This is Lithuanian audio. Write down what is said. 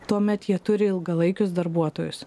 tuomet jie turi ilgalaikius darbuotojus